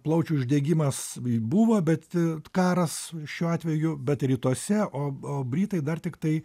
plaučių uždegimas buvo bet karas šiuo atveju bet rytuose o o britai dar tiktai